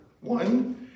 One